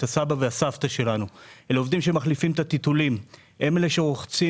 את הסבא והסבתא שלנו; אלה עובדים שמחליפים את הטיטולים; הם אלה שרוחצים